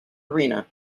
arena